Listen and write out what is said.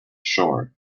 shore